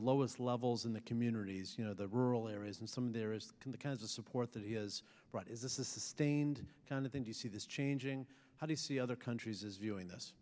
lowest levels in the communities you know the rural areas and some of there is the kinds of support that he has brought is this a sustained kind of thing do you see this changing how do you see other countries is viewing